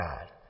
God